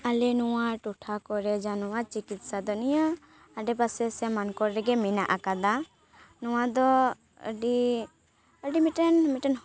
ᱟᱞᱮ ᱱᱚᱣᱟ ᱴᱚᱴᱷᱟ ᱠᱚᱨᱮ ᱡᱟᱱᱣᱟᱨ ᱪᱤᱠᱤᱛᱥᱟ ᱫᱚ ᱱᱤᱭᱟᱹ ᱟᱰᱮᱯᱟᱥᱮ ᱥᱮ ᱢᱟᱱᱠᱚᱨ ᱨᱮᱜᱮ ᱢᱮᱱᱟᱜ ᱟᱠᱟᱫᱟ ᱱᱚᱣᱟ ᱫᱚ ᱟᱹᱰᱤ ᱟᱹᱰᱤ ᱢᱤᱫᱴᱮᱱ ᱢᱤᱫᱴᱮᱱ